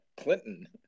Clinton